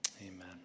Amen